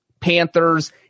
Panthers